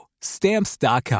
Stamps.com